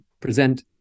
present